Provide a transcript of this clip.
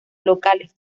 locales